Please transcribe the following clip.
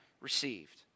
received